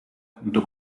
junto